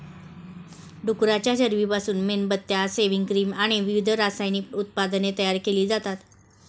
डुकराच्या चरबीपासून मेणबत्त्या, सेव्हिंग क्रीम आणि विविध रासायनिक उत्पादने तयार केली जातात